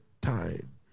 time